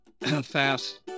fast